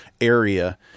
area